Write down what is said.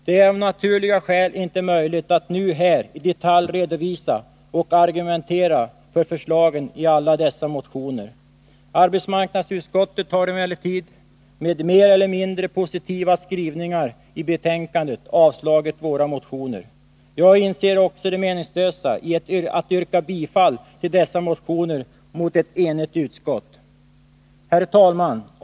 Det är av naturliga skäl inte möjligt att nu här i detalj redovisa och argumentera för förslagen i alla dessa motioner. Arbetsmarknadsutskottet har emellertid med mer eller mindre positiva skrivningar i betänkandet avstyrkt våra motioner. Jag inser det meningslösa i att yrka bifall till dessa motioner mot ett enigt utskott. Herr talman!